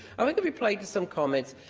i mean to reply to some comments.